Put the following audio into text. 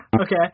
Okay